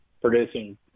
producing